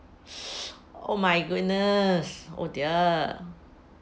oh my goodness oh dear